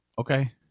okay